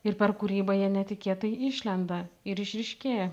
ir per kūrybą jie netikėtai išlenda ir išryškėja